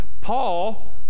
Paul